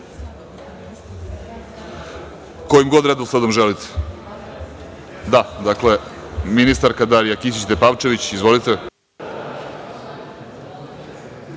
kojim god redosledom želite. Dakle, ministarka Darija Kisić Tepavčević. Izvolite.